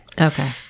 Okay